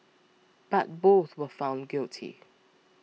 but both were found guilty